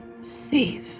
safe